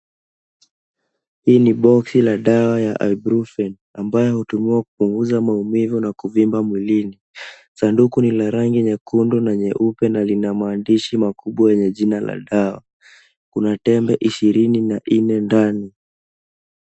Hii ni boksi la dawa ya ibrufen ambayo hutumiwa kupunguza maumivu na kuvimba mwilini. Sanduku lina rangi nyekundu na nyeupe na lina maandish makubwa yenye jina la dawa. Kuna tembe ishirini na nne ndani.